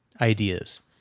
ideas